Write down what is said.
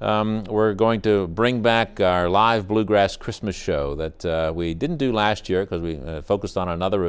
we're going to bring back our live bluegrass christmas show that we didn't do last year because we focused on another